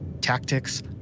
tactics